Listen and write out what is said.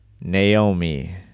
Naomi